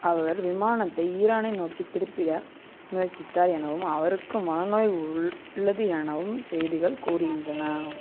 அவர் விமானத்தை ஈரானை நோக்கித் திருப்பிட முயற்சித்தார் எனவும் அவருக்கு மனநோய் உள்ளது எனவும் செய்திகள் கூறுகின்றன